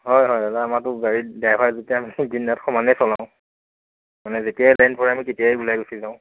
হয় হয় দাদা আমাৰতো গাড়ীৰ ড্ৰাইভাৰ যেতিয়া আমি দিন ৰাত সমানেই চলাওঁ মানে যেতিয়াই টাইম পৰে আমি তেতিয়াই ওলাই গুচি যাওঁ